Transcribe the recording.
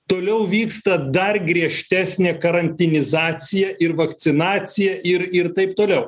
toliau vyksta dar griežtesnė karantinizacija ir vakcinacija ir ir taip toliau